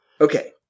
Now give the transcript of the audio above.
Okay